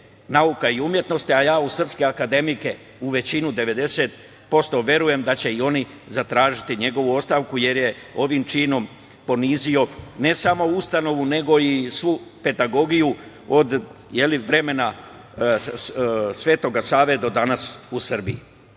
obrazovanje SANU, a ja u srpske akademike u većinu, 90%, verujem da će i oni zatražiti njegovu ostavku jer je ovim činom ponizio ne samo ustanovu, nego i svu pedagogiju od vremena Svetog Save do danas u Srbiji. Doktor